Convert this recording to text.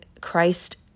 Christ